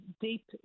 deep